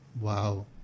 Wow